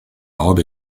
robe